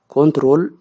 Control